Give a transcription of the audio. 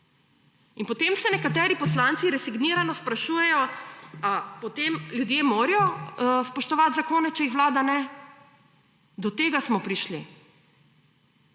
in potem se nekateri poslanci resignirano sprašujejo, potem ljudje morajo spoštovati zakone, če jih Vlada ne. Do tega smo prišli.